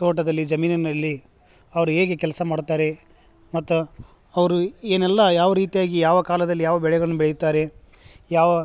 ತೋಟದಲ್ಲಿ ಜಮೀನಿನಲ್ಲಿ ಅವ್ರ ಹೇಗೆ ಕೆಲಸ ಮಾಡುತ್ತಾರೆ ಮತ್ತು ಅವರು ಏನೆಲ್ಲ ಯಾವ ರೀತಿಯಾಗಿ ಯಾವ ಕಾಲದಲ್ಲಿ ಯಾವ ಬೆಳೆಗಳನ್ನ ಬೆಳೆಯುತ್ತಾರೆ ಯಾವ